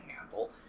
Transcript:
handle